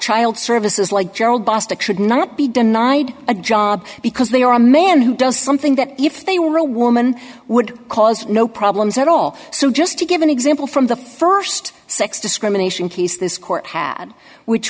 child services like gerald bostic should not be denied a job because they are a man who does something that if they were a woman would cause no problems at all so just to give an example from the st sex discrimination case this court had which